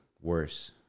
worse